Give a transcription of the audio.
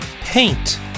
paint